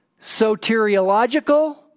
soteriological